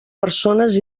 persones